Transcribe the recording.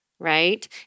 Right